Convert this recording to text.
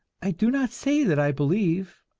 i do not say that i believe,